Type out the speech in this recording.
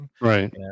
Right